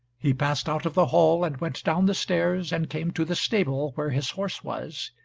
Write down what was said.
he passed out of the hall, and went down the stairs, and came to the stable where his horse was.